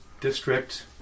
district